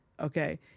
Okay